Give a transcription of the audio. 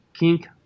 kink